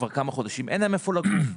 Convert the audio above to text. כבר כמה חודשים אין להם איפה לגור.